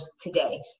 today